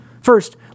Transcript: First